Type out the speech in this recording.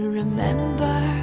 remember